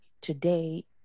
today